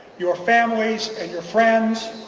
your families and your friends,